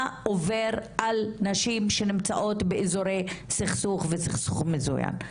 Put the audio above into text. עובר על נשים שנמצאות באזורי סכסוך וסכסוך מזוין.